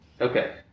Okay